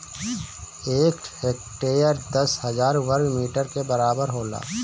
एक हेक्टेयर दस हजार वर्ग मीटर के बराबर होला